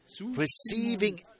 Receiving